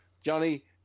Johnny